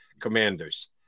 Commanders